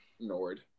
Nord